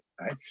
right